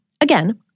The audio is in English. again